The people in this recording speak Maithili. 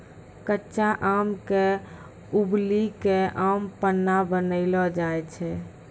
कच्चा आम क उबली कॅ आम पन्ना बनैलो जाय छै